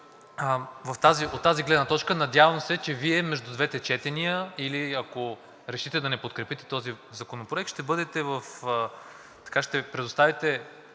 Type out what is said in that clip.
От тази гледна точка, надявам се, че Вие между двете четения или ако решите да не подкрепите този законопроект, ще предоставите